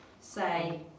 say